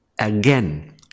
again